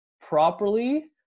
properly